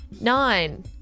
Nine